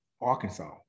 Arkansas